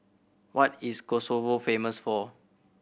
what is Kosovo famous for